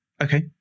okay